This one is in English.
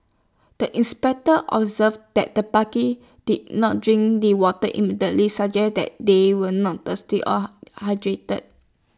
the inspectors observed that the did not drink the water immediately suggesting that they were not thirsty or hydrated